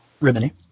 Rimini